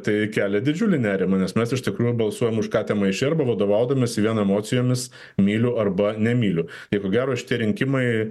tai kelia didžiulį nerimą nes mes iš tikrųjų balsuojam už katę maiše arba vadovaudamiesi vien emocijomis myliu arba nemyliu nieko gero šitie rinkimai